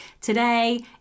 Today